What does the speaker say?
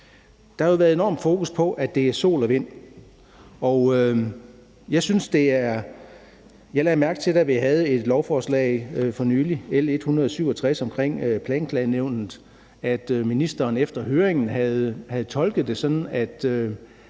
Der har jo været et enormt fokus på, at det er i forhold til sol og vind, og jeg lagde mærke til, da vi havde et lovforslag for nylig, L 167, omkring Planklagenævnet, at ministeren efter høringen havde tolket det sådan, at